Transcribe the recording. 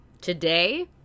Today